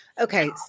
Okay